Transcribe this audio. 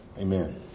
Amen